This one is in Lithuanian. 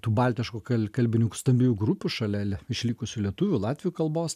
baltiškų kal kalbinių stambiųjų grupių šalia le išlikusių lietuvių latvių kalbos